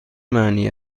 معنی